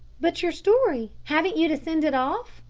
but your story? haven't you to send it off?